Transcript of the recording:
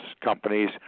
companies